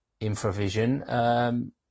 InfraVision